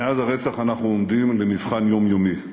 מאז הרצח אנחנו עומדים למבחן יומיומי.